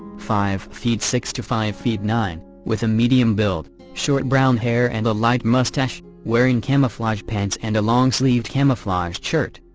five feet six to five feet nine, with a medium build, short brown hair and a light mustache, wearing camouflage pants and a long-sleeved camouflage shirt.